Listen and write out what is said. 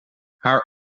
haar